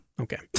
Okay